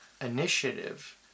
Initiative